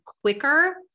quicker